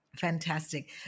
Fantastic